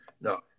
no